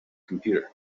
computer